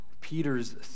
Peter's